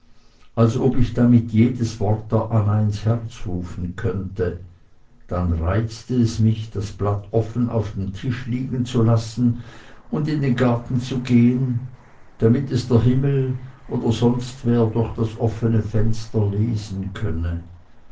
als ob ich damit jedes wort der anna ins herz rufen könnte dann reizte es mich das blatt offen auf dem tische liegenzulassen und in den garten zu gehen damit es der himmel oder sonst wer durch das offene fenster lesen könne